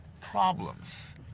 problems